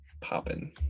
popping